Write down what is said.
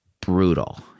brutal